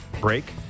break